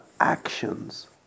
Actions